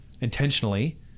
intentionally